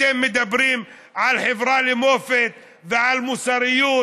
אתם מדברים על חברה למופת ועל מוסריות,